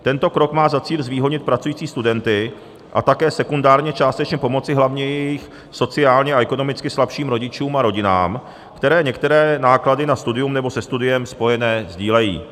Tento krok má za cíl zvýhodnit pracující studenty a také sekundárně částečně pomoci hlavně jejich sociálně a ekonomicky slabším rodičům a rodinám, které některé náklady na studium nebo se studiem spojené sdílejí.